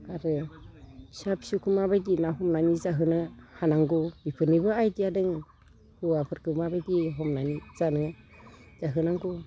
आरो फिसा फिसौखौ माबायदि ना हमनानै जाहोनो हानांगौ बेफोरनिबो आइडिया दङ हौवाफोरखौ माबायदि हमनानै जानो जाहोनांगौ